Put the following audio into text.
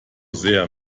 sehr